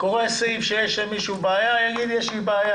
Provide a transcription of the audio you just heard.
יש סעיף שלמישהו יש בעיה, הולכים הלאה.